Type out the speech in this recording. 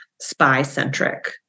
spy-centric